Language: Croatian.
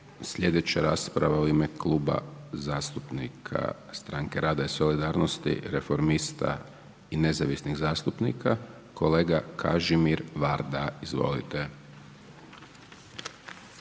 Sljedeća rasprava u ime Kluba zastupnika Stranke rada i solidarnosti, Reformista i nezavisnih zastupnika kolega Kažimir Varda. Izvolite.